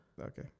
okay